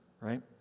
right